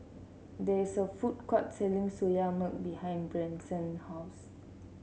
there is a food court selling Soya Milk behind Branson's house